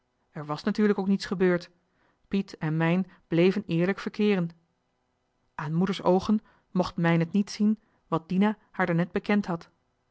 er was natuurlijk ook niets gebeurd piet en mijn bleven eerlijk verkeeren aan moeders oogen mocht mijn het niet zien wat dina haar daarnet bekend had